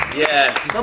yes,